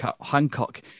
Hancock